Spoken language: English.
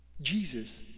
Jesus